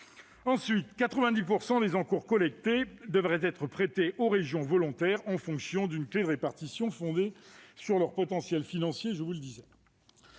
Ensuite, 90 % des encours collectés devraient être prêtés aux régions volontaires, en fonction d'une clé de répartition fondée sur leur potentiel financier.